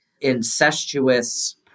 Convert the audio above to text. incestuous